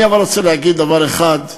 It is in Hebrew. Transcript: אבל אני רוצה להגיד דבר אחד: